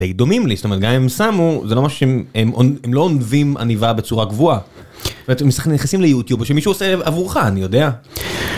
די דומים לי, זאת אומרת גם אם שמו זה לא מה שהם הם לא עונבים עניבה בצורה קבועה. ואתם נכנסים ליוטיוב שמישהו עושה עבורך אני יודע.